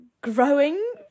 growing